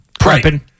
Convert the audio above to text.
Prepping